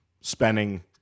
spending